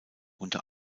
unter